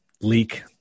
leak